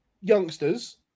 youngsters